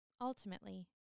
Ultimately